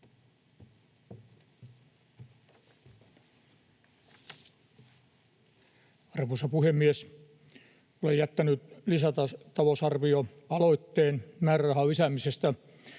Arvoisa puhemies! Olen jättänyt lisätalousarvioaloitteen määrärahan lisäämisestä